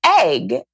egg